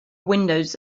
windows